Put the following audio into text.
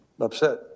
upset